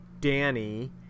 Danny